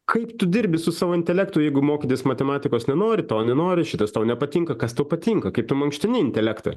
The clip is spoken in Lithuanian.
kaip tu dirbi su savo intelektu jeigu mokytis matematikos nenori to nenori šitas tau nepatinka kas tau patinka kaip tu mankštini intelektą